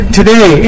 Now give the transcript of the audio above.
today